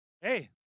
Hey